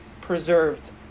preserved